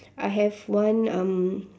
I have one um